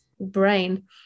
brain